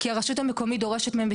כי הרשות המקומית דורשת מהם,